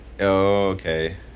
Okay